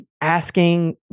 Asking